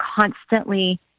constantly